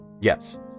Yes